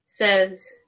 says